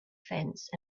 fence